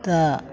तऽ